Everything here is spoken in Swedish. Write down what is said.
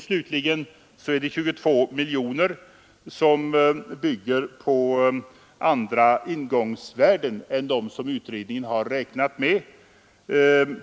Slutligen är det 22 miljoner som bygger på andra ingångsvärden än dem som utredningen räknat med.